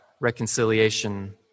reconciliation